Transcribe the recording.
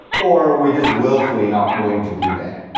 or we're just willfully not willing to be there.